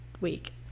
week